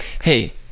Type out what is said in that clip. hey